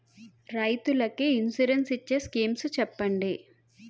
రైతులు కి ఇన్సురెన్స్ ఇచ్చే స్కీమ్స్ చెప్పండి?